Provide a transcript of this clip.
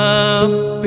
up